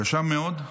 קשה מאוד.